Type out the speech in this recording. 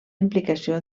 implicació